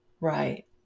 Right